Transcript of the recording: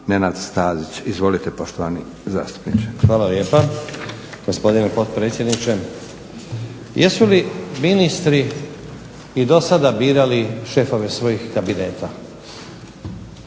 Nenad Stazić. Izvolite poštovani zastupniče. **Stazić, Nenad (SDP)** Hvala lijepa. Gospodine potpredsjedniče. Jesu li ministri i do sada birali šefove svoga kabineta?